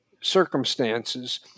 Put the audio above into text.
circumstances